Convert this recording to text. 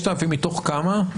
5,000 מתוך כמה?